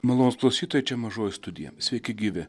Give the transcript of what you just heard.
malonūs klausytojai čia mažoji studija sveiki gyvi